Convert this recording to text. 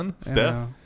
Steph